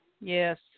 Yes